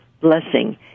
blessing